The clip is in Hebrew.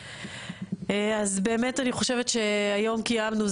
אז באמת אני חושבת שהיום קיימנו,